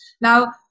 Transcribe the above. Now